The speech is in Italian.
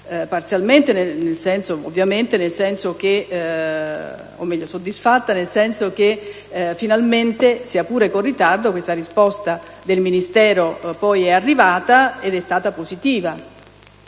soddisfatta, nel senso che finalmente, sia pur con ritardo, questa risposta del Ministero è poi arrivata ed è stata positiva;